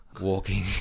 walking